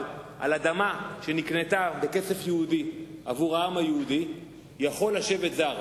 על אדמה שנקנתה בכסף יהודי עבור העם היהודי יכול לשבת זר,